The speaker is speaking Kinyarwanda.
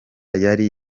yari